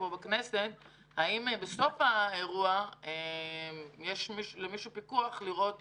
האם בסוף האירוע יש למישהו פיקוח לראות